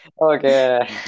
Okay